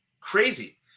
crazy